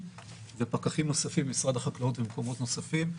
ופקחים נוספים ממשרד החקלאות ומקומות נוספים.